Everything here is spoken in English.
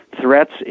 threats